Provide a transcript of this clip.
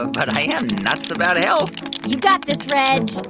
but i am nuts about health you've got this, reg